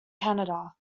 canada